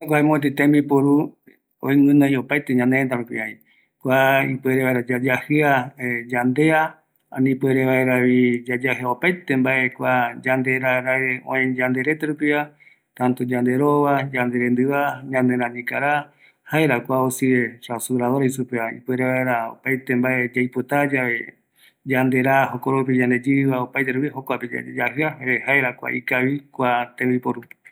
Kua tembiporu, jaeko yayajɨa vaera yande räñika ra, ñaneapüa ra, kua öime oiporaupi, öime ou navaja ndive, amogue ou mepetï, mokoï iyajɨaka ndive